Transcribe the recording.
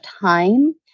time